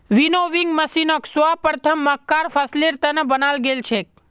winnowing मशीनक सर्वप्रथम मक्कार फसलेर त न बनाल गेल छेक